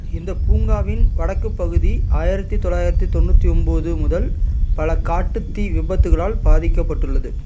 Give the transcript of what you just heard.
இந்த பூங்காவின் வடக்கு பகுதி ஆயிரத்தி தொள்ளாயிரத்தி தொண்ணூற்றி ஒம்போது முதல் பல காட்டுத் தீ விபத்துகளால் பாதிக்கப்பட்டுள்ளது